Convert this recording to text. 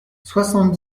soixante